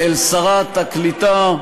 אל שרת העלייה והקליטה,